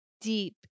deep